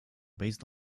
based